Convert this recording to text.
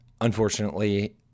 Unfortunately